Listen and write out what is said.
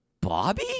Bobby